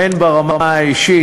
הן ברמה האישית,